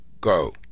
go